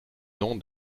nom